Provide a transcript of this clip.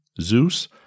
Zeus